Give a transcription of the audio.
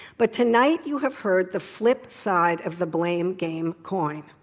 but tonight you have heard the flip side of the blame game coin.